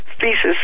thesis